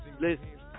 listen